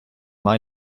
mine